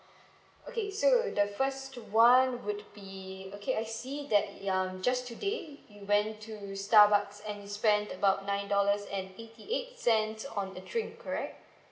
okay so the first one would be okay I see that um just today we went to starbucks and you spend about nine dollars and eighty eight cents on the drink correct